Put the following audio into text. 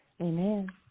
Amen